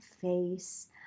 face